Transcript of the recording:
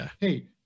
Hey